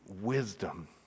wisdom